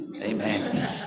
amen